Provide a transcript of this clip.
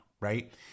right